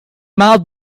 mild